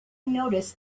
noticed